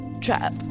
Trap